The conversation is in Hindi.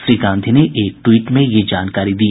श्री गांधी ने एक ट्वीट में यह जानकारी दी